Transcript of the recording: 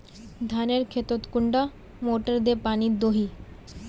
धानेर खेतोत कुंडा मोटर दे पानी दोही?